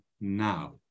now